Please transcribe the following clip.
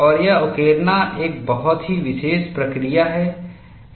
और यह उकेरना एक बहुत ही विशेष प्रक्रिया है